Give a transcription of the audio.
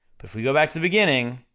but if we go back to the beginning,